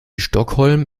stockholm